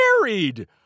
married